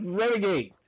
renegade